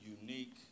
unique